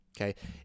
okay